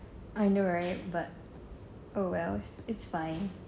I know right but oh well it's fine